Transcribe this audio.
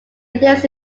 lives